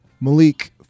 Malik